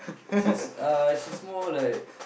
she's uh she's more like